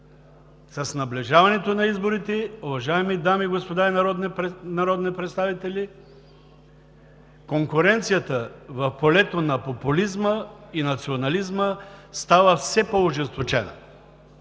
С наближаването на изборите, уважаеми дами и господа народни представители, конкуренцията в полето на популизма и национализма става все по-ожесточена.